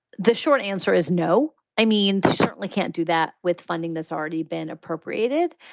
the short answer is no. i mean, you certainly can't do that with funding that's already been appropriated.